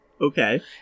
Okay